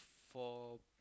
four